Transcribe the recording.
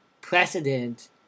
precedent